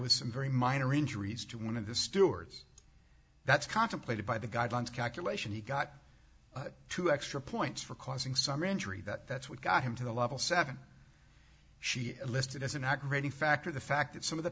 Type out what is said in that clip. was some very minor injuries to one of the stewards that's contemplated by the guidelines calculation he got two extra points for causing some injury that that's what got him to the level seven she listed as an act ready factor the fact that some of the